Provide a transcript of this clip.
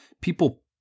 people